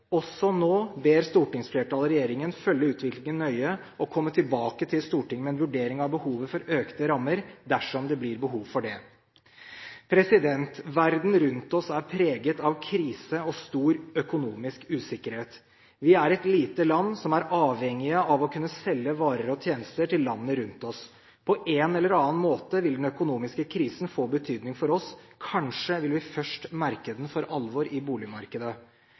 Også nå ber stortingsflertallet regjeringen følge utviklingen nøye og komme tilbake til Stortinget med en vurdering av behovet for økte rammer dersom det blir behov for det. Verden rundt oss er preget av krise og stor økonomisk usikkerhet. Vi er et lite land, som er avhengig av å kunne selge varer og tjenester til landene rundt oss. På en eller annen måte vil den økonomiske krisen få betydning for oss. Kanskje vil vi først merke den for alvor i boligmarkedet.